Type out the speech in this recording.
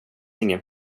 ingen